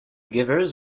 givers